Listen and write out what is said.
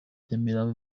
nyamirambo